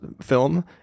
film